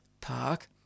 Park